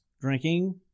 drinking